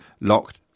locked